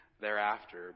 thereafter